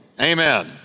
Amen